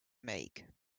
make